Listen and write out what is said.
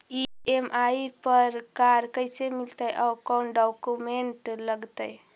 EMI पर car कैसे मिलतै औ कोन डाउकमेंट लगतै?